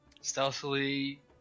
stealthily